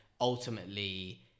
ultimately